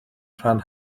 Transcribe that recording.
rhan